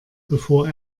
bevor